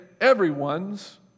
everyone's